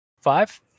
Five